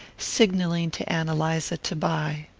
signalling to ann eliza to buy.